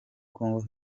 congo